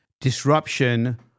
disruption